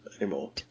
anymore